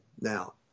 now